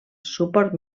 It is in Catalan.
suport